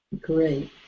Great